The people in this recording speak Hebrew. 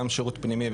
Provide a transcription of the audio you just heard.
גם שירות פנימי,